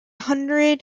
hundred